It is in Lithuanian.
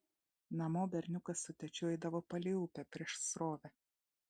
namo berniukas su tėčiu eidavo palei upę prieš srovę